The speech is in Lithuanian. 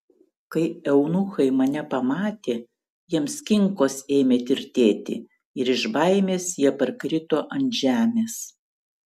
kai eunuchai mane pamatė jiems kinkos ėmė tirtėti ir iš baimės jie parkrito ant žemės